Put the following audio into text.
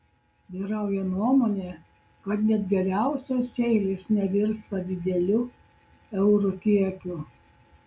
vyrauja nuomonė kad net geriausios eilės nevirsta dideliu eurų kiekiu